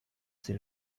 sie